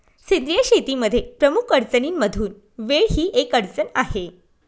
सेंद्रिय शेतीमध्ये प्रमुख अडचणींमधून वेळ ही एक अडचण आहे